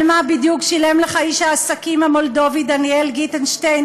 על מה בדיוק שילם לך איש העסקים המולדובי דניאל גיטנשטיין